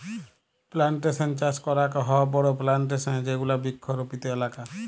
plantation চাস করাক হ বড়ো প্লানটেশন এ যেগুলা বৃক্ষরোপিত এলাকা